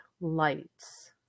lights